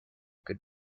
good